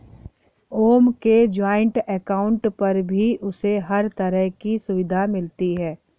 ओम के joint account पर भी उसे हर तरह की सुविधा मिलती है